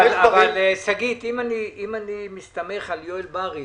אם אני מסתמך על יואל בריס,